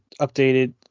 updated